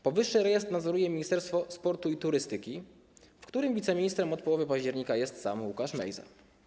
Powyższy rejestr nadzoruje Ministerstwo Sportu i Turystyki, w którym wiceministrem od połowy października jest sam Łukasz Mejza.